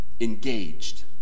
Engaged